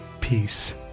peace